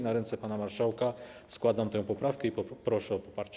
Na ręce pana marszałka składam tę poprawkę i proszę o poparcie.